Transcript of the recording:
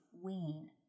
wean